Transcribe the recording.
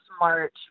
March